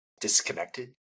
disconnected